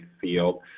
field